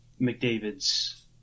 McDavid's